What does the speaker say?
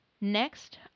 Next